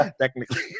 technically